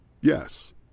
Yes